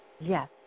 Yes